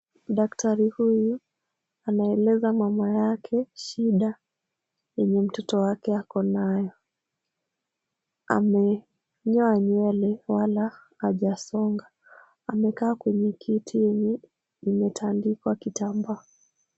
Daktari huyu anaeleza mama yake shida yenye mtoto wake ako nayo. Amenyoa nywele wala hajasonga. Amekaa kwenye kiti yenye imetandikwa kitambaa.